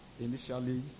Initially